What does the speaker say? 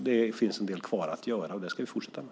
Det finns en del kvar att göra, och det ska vi fortsätta med.